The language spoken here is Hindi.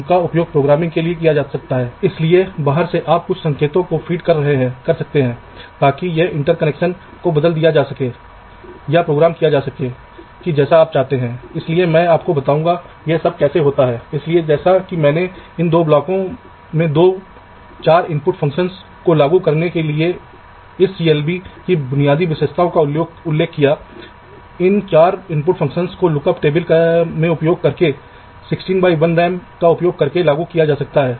तो इन दो के लिए आइए हम दो पेड़ों का निर्माण करने की कोशिश करें जो दो विपरीत दिशा से आगे बढ़ेंगे इन्हें इंटर डिजिट पेड़ कहा जाता है और यदि आप इसे व्यवस्थित तरीके से करने में सक्षम हैं तो आपको पावर और ग्राउंड का एक लेआउट मिलेगा एक ही परत पर लाइनें और एक बार जब आप इसे कर लेते हैं तो आप आकार पर विचार कर सकते हैं आप विभिन्न ब्लॉकों के लिए करंट आवश्यकताओं का विश्लेषण कर सकते हैं आप उचित रूप से विभिन्न तारों की चौड़ाई सही कह सकते हैं